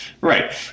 Right